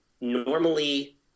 Normally